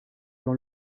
dans